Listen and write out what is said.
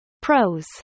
Pros